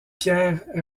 pierre